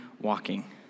walking